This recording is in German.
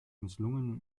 misslungenen